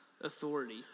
authority